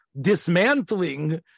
dismantling